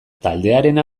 taldearena